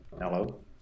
Hello